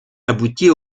aboutit